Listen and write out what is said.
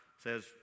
Says